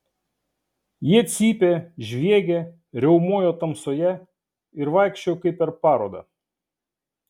jie cypė žviegė riaumojo tamsoje ir vaikščiojo kaip per parodą